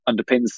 underpins